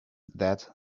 that